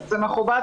זה מכובד,